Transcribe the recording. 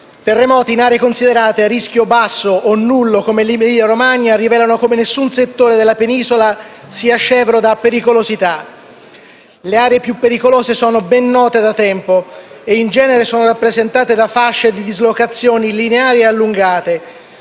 terremoti in aree considerate a rischio basso o nullo come l'Emilia-Romagna rivelano come nessun settore della Penisola sia scevro da pericolosità. Le aree più pericolose sono ben note da tempo e in genere sono rappresentate da fasce di dislocazioni lineari allungate.